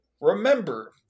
Remember